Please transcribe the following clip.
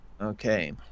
okay